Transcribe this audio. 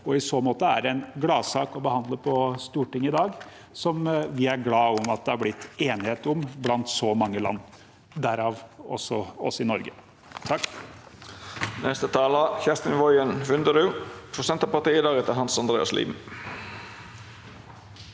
I så måte er det en gladsak å behandle på Stortinget i dag, som vi er glade for at det har blitt enighet om blant så mange land, også Norge.